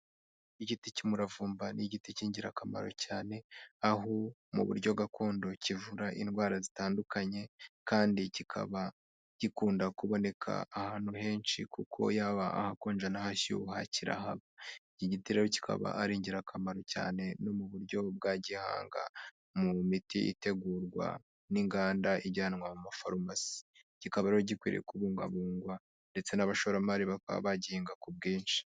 Igiti cy'umuravumba ni igiti cy'ingirakamaro cyane, aho mu buryo gakondo kivura indwara zitandukanye kandi kikaba gikunda kuboneka ahantu henshi kuko yaba ahakonja n'ahashyuha kirahaba. Iki gitero kikaba ari ingirakamaro cyane no mu buryo bwa gihanga mu miti itegurwa n'inganda ijyanwa mu mafarumasi, kikaba gikwiye kubungabungwa ndetse n'abashoramari bakaba bagenga ku bwinshi